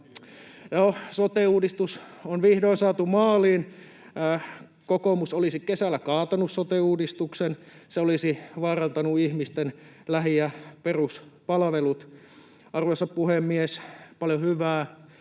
sote-uudistus on vihdoin saatu maaliin. Kokoomus olisi kesällä kaatanut sote-uudistuksen, ja se olisi vaarantanut ihmisten lähi- ja peruspalvelut. Arvoisa puhemies! Paljon hyvää: